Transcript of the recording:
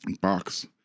box